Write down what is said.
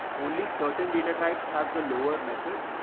only certain data types have the lower method.